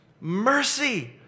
Mercy